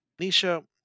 Nisha